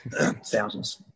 thousands